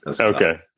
okay